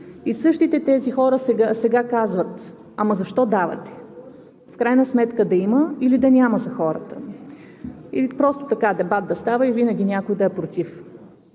И същите тези хора сега казват: ама защо давате? В крайна сметка да има или да няма за хората? Или просто така – дебат да става, и винаги някой да е против?